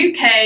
UK